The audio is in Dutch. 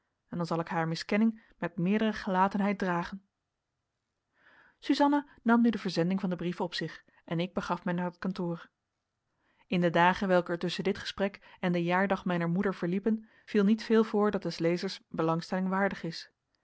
en dan zal ik haar miskenning met meerdere gelatenheid dragen suzanna nam nu de verzending van den brief op zich en ik begaf mij naar het kantoor in de dagen welke er tusschen dit gesprek en den jaardag mijner moeder verliepen viel niet veel voor dat des lezers belangstelling waardig is